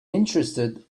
interested